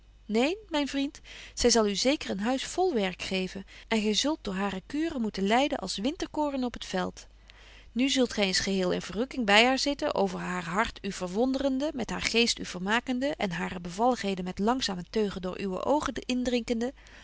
neen myn vriend zy zal u zeker een huis vol werk geven en gy zult door hare kuren moeten lyden als winterkoorn op het veld nu zult gy eens geheel in verrukking by haar zitten over haar hart u verwonderende met haar geest u vermakende en hare bevalligheden met langzame teugen door uwe oogen